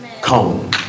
Come